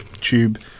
tube